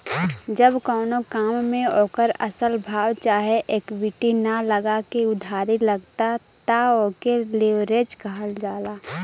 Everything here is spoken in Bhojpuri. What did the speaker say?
जब कउनो काम मे ओकर असल भाव चाहे इक्विटी ना लगा के उधारी लगला त ओके लीवरेज कहल जाला